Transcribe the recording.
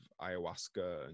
ayahuasca